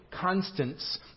constants